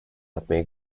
yapmaya